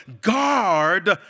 guard